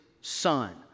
Son